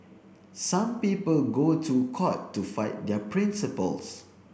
some people go to court to fight their principles